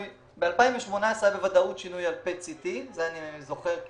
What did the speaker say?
ב-2018 היה בוודאות שינוי במכשיר PET-CT. אני זוכר,